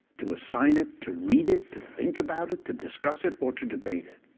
to assign it, to read it, to think about it, to discuss it, or to debate it.